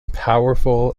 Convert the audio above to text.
powerful